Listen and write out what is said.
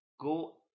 go